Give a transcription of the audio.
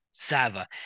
Sava